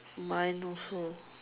mine also